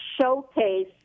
showcase